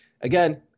again